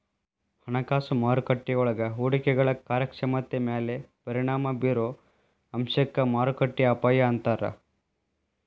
ಹಣಕಾಸು ಮಾರುಕಟ್ಟೆಯೊಳಗ ಹೂಡಿಕೆಗಳ ಕಾರ್ಯಕ್ಷಮತೆ ಮ್ಯಾಲೆ ಪರಿಣಾಮ ಬಿರೊ ಅಂಶಕ್ಕ ಮಾರುಕಟ್ಟೆ ಅಪಾಯ ಅಂತಾರ